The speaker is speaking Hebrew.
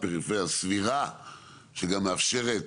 פריפריה סבירה שגם מאפשרת,